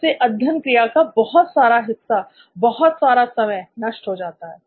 इससे अध्ययन क्रिया का बहुत सारा हिस्सा बहुत सारा समय नष्ट हो जाता है